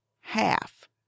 half